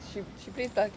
she she plays basket~